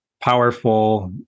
powerful